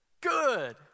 good